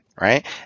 right